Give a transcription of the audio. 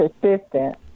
persistent